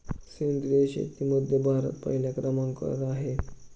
सेंद्रिय शेतीमध्ये भारत पहिल्या क्रमांकावर आहे